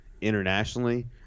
internationally